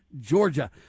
Georgia